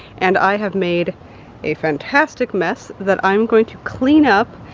and i have made a fantastic mess that i'm going to clean up,